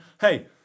Hey